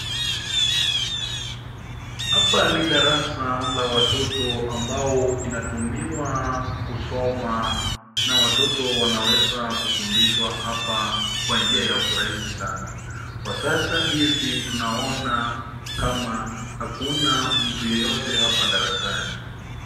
Hapa ni darasa la watoto ambao inatumiwa kusoma na watoto wanaweza kufundishwa hapa kwa njia ya urahisi sana. Kwa sasa hivi tunaona kama hakuna mtu yeyote hapa darasani.